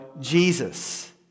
Jesus